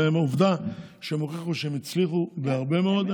ועובדה שהם הוכיחו שהם הצליחו בהרבה מאוד,